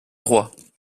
droit